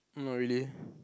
not really eh